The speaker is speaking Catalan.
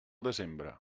desembre